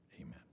amen